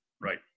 Right